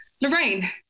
Lorraine